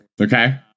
Okay